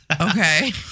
Okay